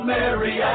Mary